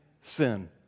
sin